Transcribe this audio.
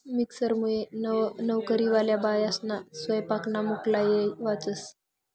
मिक्सरमुये नवकरीवाल्या बायास्ना सैपाकना मुक्ला येय वाचस